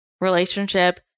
relationship